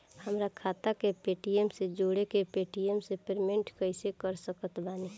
हमार खाता के पेटीएम से जोड़ के पेटीएम से पेमेंट कइसे कर सकत बानी?